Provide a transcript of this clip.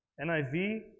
NIV